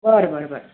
बरं बरं बरं